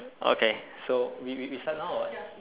okay so we we we start now or what